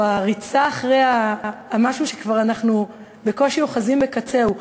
או הריצה אחרי משהו שאנחנו כבר בקושי אוחזים בקצהו.